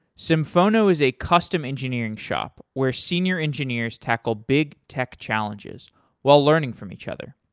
symphono is a custom engineering shop where senior engineers tackle big tech challenges while learning from each other.